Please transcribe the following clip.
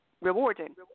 rewarding